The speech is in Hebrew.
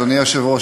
אדוני היושב-ראש,